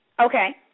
Okay